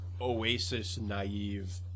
oasis-naive